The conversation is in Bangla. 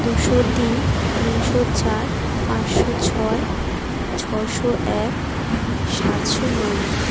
দুশো তিন তিনশো চার পাঁশশো ছয় ছশো এক সাতশো নয়